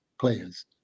players